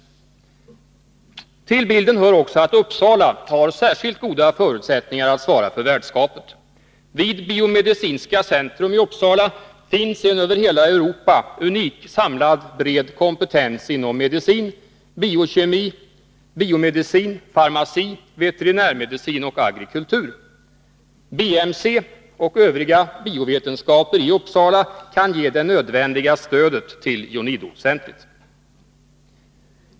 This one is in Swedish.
Till bilden hör också att Uppsala har särskilt goda förutsättningar att svara för värdskapet. Vid Biomedicinska centrum — BMC —- i Uppsala finns en för hela Europa unik, samlad och bred kompetens inom medicin, biokemi, biomedicin, farmaci, veterinärmedicin och agrikultur. BMC och övriga biovetenskaper i Uppsala kan ge det nödvändiga stödet till UNIDO Nr 154 centret.